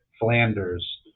Flanders